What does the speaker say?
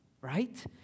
right